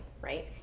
right